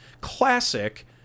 classic